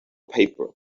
paper